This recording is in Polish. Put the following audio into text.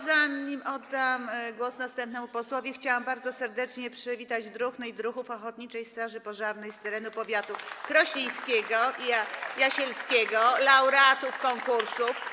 Zanim oddam głos następnemu posłowi, chciałam bardzo serdecznie przywitać druhny i druhów ochotniczej straży pożarnej z terenu powiatów krośnieńskiego i jasielskiego, laureatów konkursu.